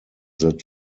that